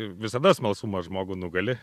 visada smalsumas žmogų nugali